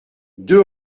deux